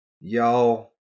y'all